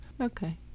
okay